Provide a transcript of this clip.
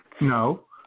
No